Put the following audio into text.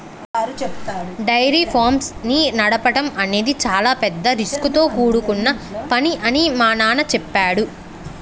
dairy farms ని నడపడం అనేది చాలా పెద్ద రిస్కుతో కూడుకొన్న పని అని మా నాన్న చెప్పాడు